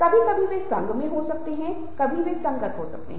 कभी कभी वे संघ में हो सकते हैं कभी वे संगत हो सकते हैं